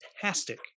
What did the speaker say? fantastic